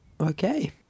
okay